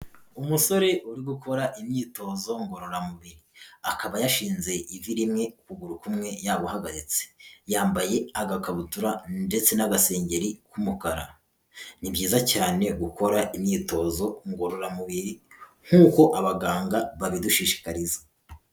Umusore uri gukora imyitozo ngororamubiri. Akaba yashinze ivi rimwe, ukuguru kumwe yaguhagaritse. Yambaye agakabutura ndetse n'agasengeri k'umukara. Ni byiza cyane gukora imyitozo ngororamubiri nkuko abaganga babidushishikariza.